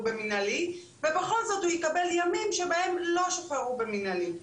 במנהלי ובכל זאת הוא יקבל ימים שבהם לא שוחררו במנהלי.